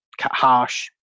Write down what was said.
harsh